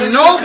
no